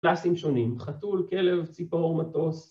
פלסים שונים, חתול, כלב, ציפור, מטוס